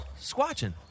Squatching